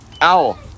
Owl